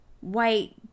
white